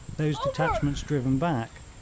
those detachments driven back,